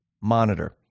monitor